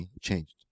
changed